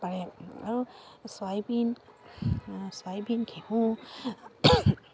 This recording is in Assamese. পাৰে আৰু ছয়বিন ছয়বিন ঘেঁহু